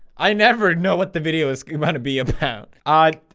i never know what the video is going to be about ah